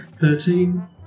Thirteen